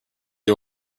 you